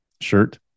shirt